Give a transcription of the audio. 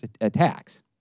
attacks